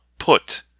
put